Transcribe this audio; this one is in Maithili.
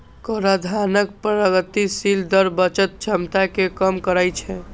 कराधानक प्रगतिशील दर बचत क्षमता कें कम करै छै